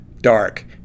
dark